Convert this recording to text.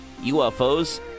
ufos